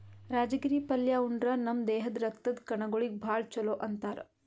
ರಾಜಗಿರಿ ಪಲ್ಯಾ ಉಂಡ್ರ ನಮ್ ದೇಹದ್ದ್ ರಕ್ತದ್ ಕಣಗೊಳಿಗ್ ಭಾಳ್ ಛಲೋ ಅಂತಾರ್